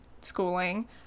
schooling